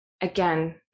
again